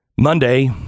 Monday